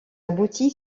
aboutit